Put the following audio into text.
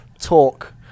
talk